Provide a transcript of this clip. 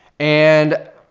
and,